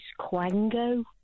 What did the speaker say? Quango